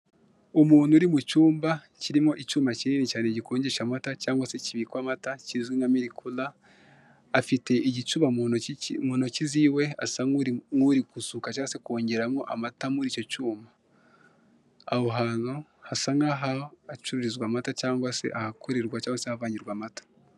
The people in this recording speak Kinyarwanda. Umuntu uri mu cyumba kirimo icyuma kinini cyane gikonjesha amata, cyangwa se kibika amata cyizwi nka miliki kula. Afite igicuba mu ntoki ziwe, asa nkuri gusuka cyangwa se kongeramo amata muri icyo cyuma. Aho hantu hasa nkaho hacururizwa amata, cyangwa se ahakorerwa, cyangwa se ahavangirwa amata.